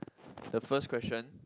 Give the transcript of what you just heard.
the first question